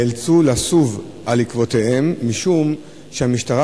ונאלצו לסוב על עקבותיהם משום שהמשטרה